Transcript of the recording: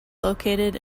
located